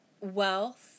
Wealth